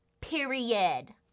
Period